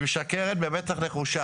היא משקרת במצח נחושה.